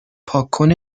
پاکن